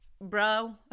bro